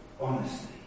honesty